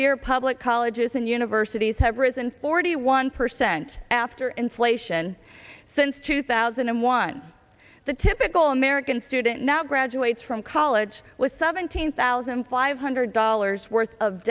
year public colleges and universities have risen forty one percent after inflation since two thousand and one the typical american student now graduates from college with seventeen thousand five hundred dollars worth of